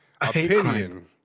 opinion